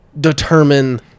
determine